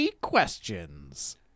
Questions